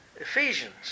Ephesians